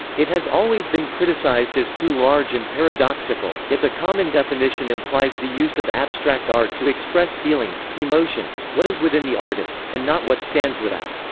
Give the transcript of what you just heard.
it has always been criticized as too large and paradoxical, yet the common definition implies the use of abstract art to express feelings, emotions, what is within the artist, and not what stands without